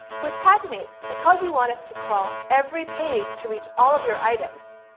with paginates, because you want us to crawl every page to reach all of your items,